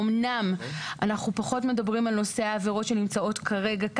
אומנם אנחנו פחות מדברים על נושאי העבירות שיש כאן,